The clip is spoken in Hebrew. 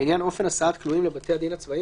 לעניין אופן הסעת כלואים לבתי הדין הצבאיים